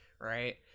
right